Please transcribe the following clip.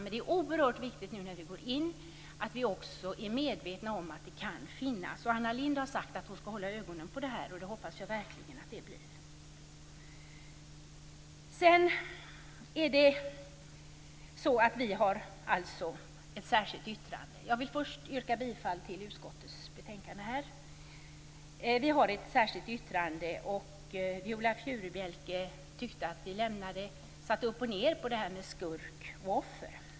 Men det är viktigt när man går in i Kosovo att man är medveten om att det kan finnas. Anna Lindh har sagt att hon skall hålla ögonen på det här, och det hoppas jag verkligen att hon gör. Jag vill yrka bifall till hemställan i utskottets betänkande. Sedan har vi ett särskilt yttrande. Viola Furubjelke tyckte att vi vände upp och ned på begreppen skurk och offer.